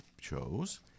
chose